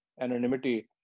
anonymity